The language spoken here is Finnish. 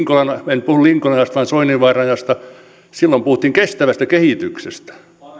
en puhu linkolan ajasta vaan soininvaaran ajasta silloin puhuttiin kestävästä kehityksestä